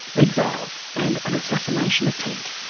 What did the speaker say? exile, and an assassination attempt,